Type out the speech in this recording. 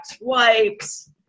wipes